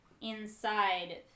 inside